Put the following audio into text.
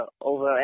over